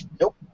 Nope